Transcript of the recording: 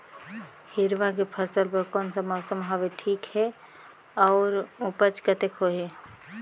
हिरवा के फसल बर कोन सा मौसम हवे ठीक हे अउर ऊपज कतेक होही?